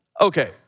Okay